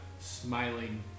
smiling